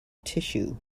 tissue